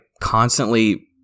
constantly